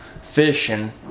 fishing